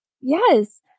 Yes